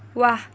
ৱাহ